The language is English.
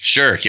Sure